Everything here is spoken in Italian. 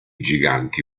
giganti